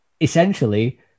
essentially